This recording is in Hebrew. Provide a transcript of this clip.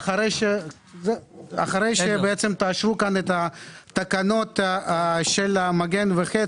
שאחרי שבעצם תאשרו כאן את התקנות של "מגן וחץ",